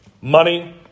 money